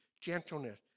gentleness